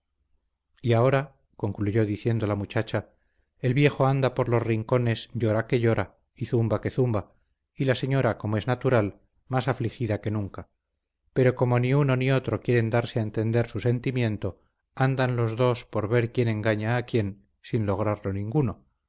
y ahora concluyó diciendo la muchacha el viejo anda por los rincones llora que llora y zumba que zumba y la señora como es natural más afligida que nunca pero como ni uno ni otro quieren darse a entender su sentimiento andan los dos por ver quién engaña a quien sin lograrlo ninguno